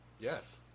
Yes